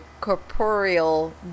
corporeal